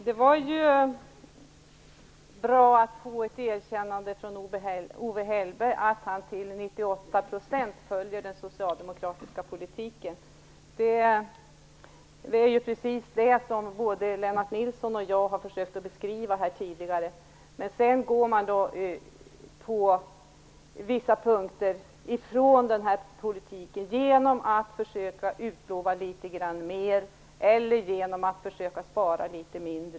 Fru talman! Det var bra att få ett erkännande av Owe Hellberg att han till 98 % följer den socialdemokratiska politiken. Det är precis det som både Lennart Nilsson och jag har försökt beskriva tidigare. Sedan går man på vissa punkter ifrån den politiken genom att utlova litet mer eller genom att försöka spara litet mindre.